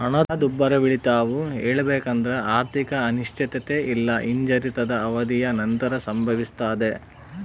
ಹಣದುಬ್ಬರವಿಳಿತವು ಹೇಳಬೇಕೆಂದ್ರ ಆರ್ಥಿಕ ಅನಿಶ್ಚಿತತೆ ಇಲ್ಲಾ ಹಿಂಜರಿತದ ಅವಧಿಯ ನಂತರ ಸಂಭವಿಸ್ತದೆ